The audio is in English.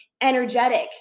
energetic